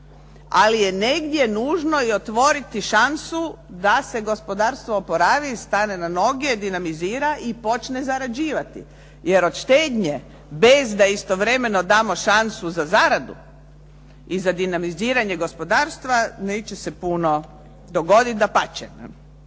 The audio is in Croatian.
ali je negdje nužno i otvoriti šansu da se gospodarstvo oporavi, stane na noge, dinamizira i počne zarađivati, jer od štednje bez da istovremeno damo šansu za zaradu i za dinamiziranje gospodarstva neće se puno dogoditi, dapače.